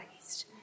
raised